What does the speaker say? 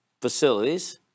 facilities